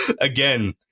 again